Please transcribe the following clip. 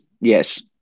yes